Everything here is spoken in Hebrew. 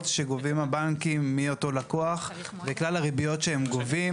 שגובים הבנקים מאותו לקוח וכלל הריביות שהם גובים.